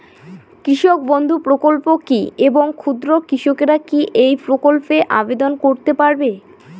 কৃষক বন্ধু প্রকল্প কী এবং ক্ষুদ্র কৃষকেরা কী এই প্রকল্পে আবেদন করতে পারবে?